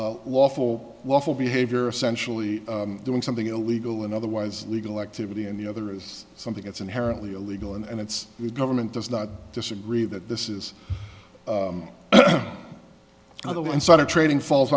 lawful lawful behavior essentially doing something illegal and otherwise legal activity and the other is something that's inherently illegal and it's the government does not disagree that this is the insider trading falls